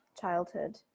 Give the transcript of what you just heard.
childhood